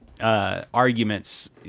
arguments